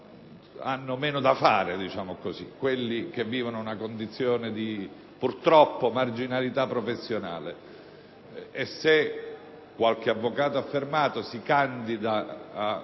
hanno meno da fare, diciamo così, da quelli che vivono una condizione - purtroppo - di marginalità professionale. E se qualche avvocato affermato si candida a